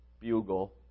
bugle